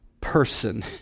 Person